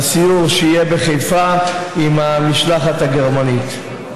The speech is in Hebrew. לסיור שיהיה בחיפה עם המשלחת הגרמנית.